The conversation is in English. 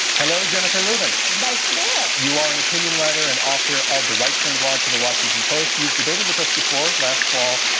hello, jennifer rubin. nice to be here. you are an opinion writer and author of the, right turn, blog for the washington post. you've debated with us before last fall.